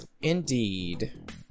Indeed